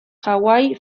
hawaii